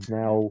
now